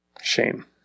shame